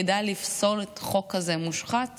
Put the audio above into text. ידע לפסול חוק כזה מושחת